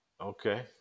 Okay